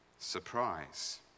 Surprise